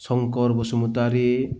संकर बसुमतारी